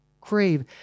crave